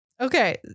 Okay